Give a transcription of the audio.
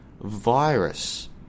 virus